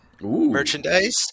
merchandise